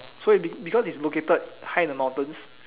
so it be~ because it's located high in the mountains